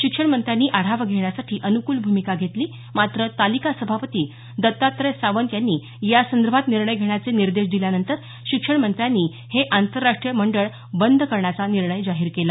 शिक्षण मंत्र्यानी आढावा घेण्यासाठी अनुकूल भूमिका घेतली मात्र तालिका सभापती दत्तात्रय सावंत यांनी यासंदर्भात निर्णय घेण्याचे निर्देश दिल्यानंतर शिक्षण मंत्र्यांनी हे आंतराष्ट्रीय मंडळ बंद करण्याचा निर्णय जाहीर केला